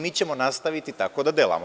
Mi ćemo nastaviti tako da delamo.